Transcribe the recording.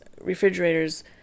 refrigerators